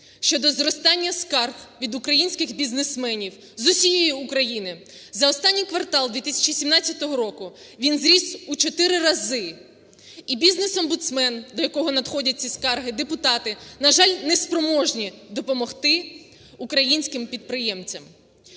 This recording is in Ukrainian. щодо зростання скарг від українських бізнесменів з усієї України. За останній квартал 2017 року він зріс у 4 рази. І бізнес-омбудсмен, до якого надходять ці скарги, депутати, на жаль, не спроможні допомогти українським підприємцям.